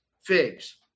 figs